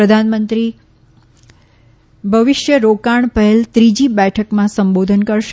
પ્રધાનમંત્રી ભવિષ્ય રોકાણ પહેલ ત્રીજી બેઠકમાં સંબોધન કરશે